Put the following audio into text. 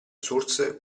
source